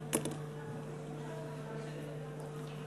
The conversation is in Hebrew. יש לך שלוש דקות.